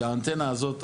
כי האנטנה זאת,